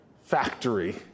factory